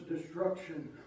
destruction